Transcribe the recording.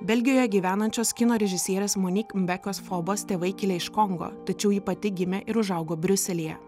belgijoje gyvenančios kino režisierės monik mbekos fobos tėvai kilę iš kongo tačiau ji pati gimė ir užaugo briuselyje